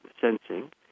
sensing